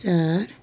चार